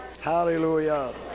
Hallelujah